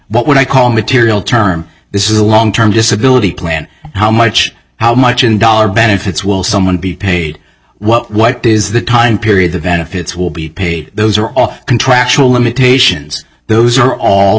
what would i call material term this is a long term disability plan how much how much in dollar benefits will someone be paid what what is the time period the benefits will be paid those are all contractual limitations those are all